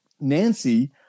Nancy